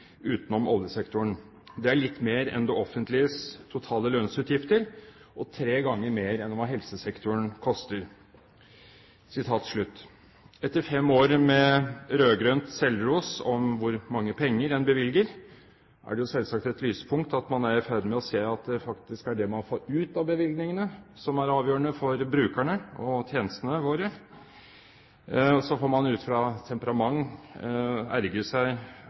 utenom oljesektoren – det er litt mer enn det offentliges totale lønnsutgifter og tre ganger mer enn hva helsesektoren koster. Etter fem år med rød-grønn selvros om hvor mange penger en bevilger, er det selvsagt et lyspunkt at man er i ferd med å se at det faktisk er det man får ut av bevilgningene, som er avgjørende for brukerne og tjenestene våre. Så får man ut fra temperament ergre seg